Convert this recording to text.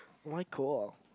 why cool